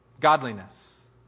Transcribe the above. godliness